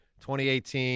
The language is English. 2018